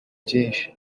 byinshi